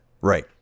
Right